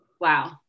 Wow